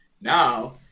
Now